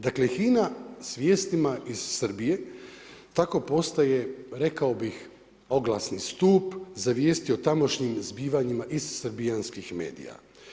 Dakle, HINA s vijestima iz Srbije tako postaje, rekao bih oglasni stup za vijesti o tamošnjim zbivanjima iz srbijanskih medija.